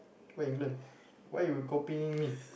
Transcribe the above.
where you learn why you copying me